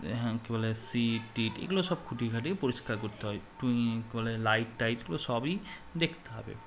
হ্যাঁ কী বলে সিট টিট এগুলো সব খুটিয়ে খাটিয়ে পরিষ্কার করতে হয় টুই কী বলে লাইট টাইট এগুলো সবই দেখতে হবে